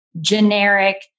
generic